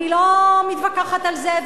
אני לא מתווכחת על זה,